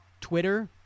Twitter